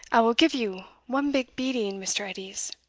i will give you one big beating, mr. edies.